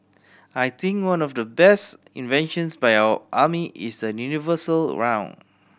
I think one of the best inventions by our army is the universal round